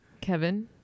Kevin